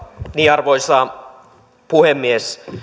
arvoisa puhemies